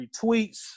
retweets